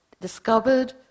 discovered